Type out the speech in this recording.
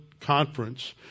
conference